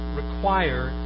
require